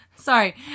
Sorry